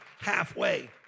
halfway